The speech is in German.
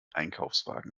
einkaufswagen